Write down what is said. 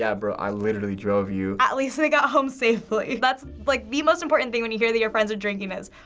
ah bro. i literally drove you. at least they got home safely. that's like the most important thing when you hear that your friends are drinking is,